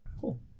Cool